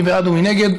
מי בעד ומי נגד?